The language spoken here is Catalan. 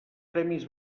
premis